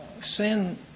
sin